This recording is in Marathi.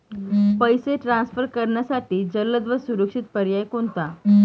पैसे ट्रान्सफर करण्यासाठी जलद व सुरक्षित पर्याय कोणता?